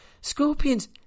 Scorpions